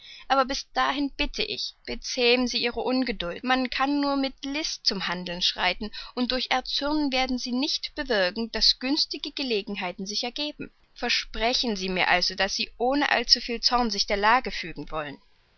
aber bis dahin bitte ich bezähmen sie ihre ungeduld man kann nur mit list zum handeln schreiten und durch erzürnen werden sie nicht bewirken daß günstige gelegenheiten sich ergeben versprechen sie mir also daß sie ohne allzuviel zorn sich der lage fügen wollen